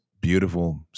beautiful